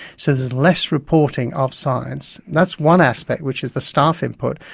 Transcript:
so there's less reporting of science. that's one aspect which is the staff input.